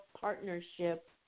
partnership